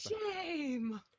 Shame